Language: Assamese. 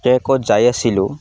ট্ৰেকত যাই আছিলোঁ